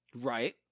Right